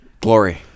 Glory